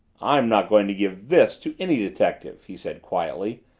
i'm not going to give this to any detective, he said quietly,